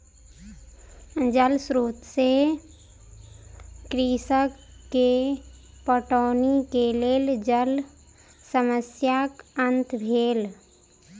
जल स्रोत से कृषक के पटौनी के लेल जल समस्याक अंत भेल